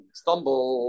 stumble